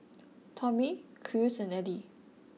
Tommy Cruz and Edie